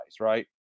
Right